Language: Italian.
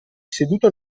seduto